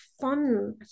fun